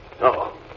No